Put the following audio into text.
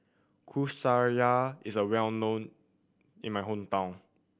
Kueh Syara is well known in my hometown